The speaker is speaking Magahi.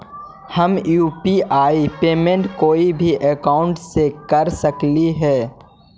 हम यु.पी.आई पेमेंट कोई भी अकाउंट से कर सकली हे?